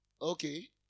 Okay